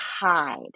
hide